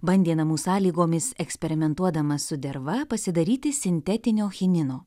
bandė namų sąlygomis eksperimentuodamas su derva pasidaryti sintetinio chinino